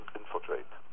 infiltrate